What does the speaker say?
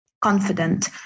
confident